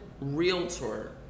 realtor